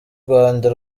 rwanda